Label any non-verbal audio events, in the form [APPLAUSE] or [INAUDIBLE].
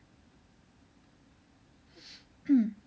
[BREATH] [COUGHS]